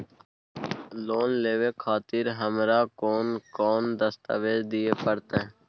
Loan लेवे खातिर हमरा कोन कौन दस्तावेज दिय परतै?